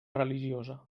religiosa